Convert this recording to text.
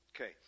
Okay